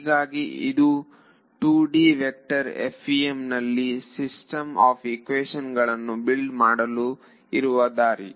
ಹೀಗಾಗಿ ಇದುವೇ 2D vector FEM ನಲ್ಲಿ ಸಿಸ್ಟಮ್ ಆಫ್ ಈಕ್ವೇಶನ್ ಗಳನ್ನು ಬಿಲ್ಡ್ ಮಾಡಲು ಇರುವ ದಾರಿ